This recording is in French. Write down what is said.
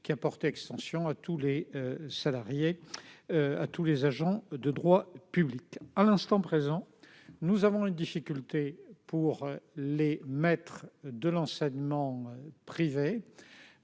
1994 a porté extension de cette disposition à tous les agents de droit public. À l'instant présent, nous rencontrons une difficulté pour les maîtres de l'enseignement privé,